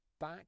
back